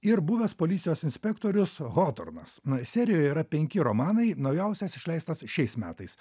ir buvęs policijos inspektorius hotornas serijoj yra penki romanai naujausias išleistas šiais metais